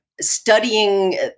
studying